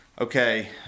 okay